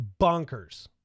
bonkers